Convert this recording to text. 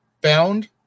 bound